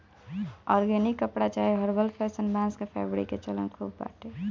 organic कपड़ा चाहे herbal fashion, बांस के फैब्रिक के चलन खूब बाटे